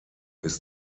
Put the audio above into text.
ist